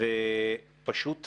ופשוט המאמר,